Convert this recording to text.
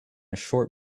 short